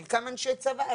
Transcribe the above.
חלקם אנשי צבא,